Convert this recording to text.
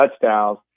touchdowns